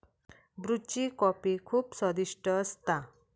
ब्रुची कॉफी खुप स्वादिष्ट असता